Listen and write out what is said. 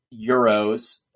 Euros